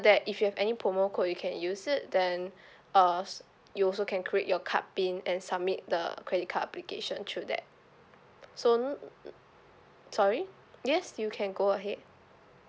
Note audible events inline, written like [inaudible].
that if you have any promo code you can use it then [breath] uh s~ you also can create your card pin and submit the credit card application through that so no sorry yes you can go ahead